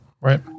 Right